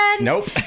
Nope